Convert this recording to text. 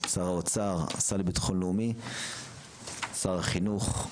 שר האוצר והשר לביטחון לאומי, שר החינוך,